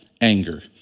anger